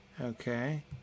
Okay